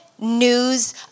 news